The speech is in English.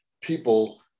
people